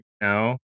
No